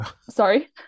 sorry